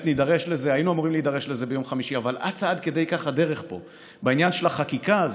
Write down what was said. המושחת, האנטי-חוקתי,